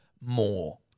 more